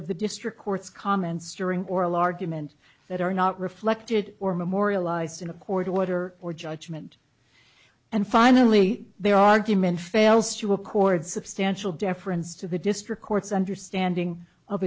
of the district court's comments during oral argument that are not reflected or memorialized in a court order or judgment and finally they argument fails to accord substantial deference to the district court's understanding of